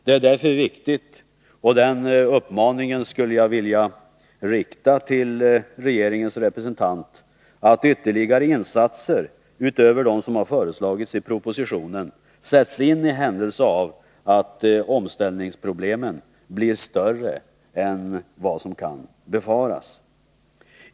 Det är därför viktigt — och den uppmaningen skulle jag vilja rikta till regeringens representant — att ytterligare insatser, utöver dem som har föreslagits i propositionen, sätts in i händelse av att omställningsproblemen blir större än vad som kan befaras.